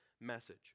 message